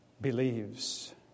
believes